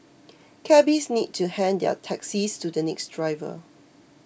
Cabbies need to hand their taxis to the next driver